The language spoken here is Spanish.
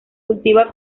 cultiva